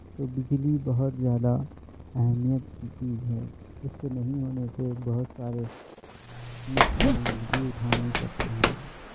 تو بجلی بہت زیادہ اہمیت کی چیز ہے اس کے نہیں ہونے سے بہت سارے نقصانات بھی اٹھانے پڑتے ہیں